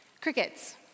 Crickets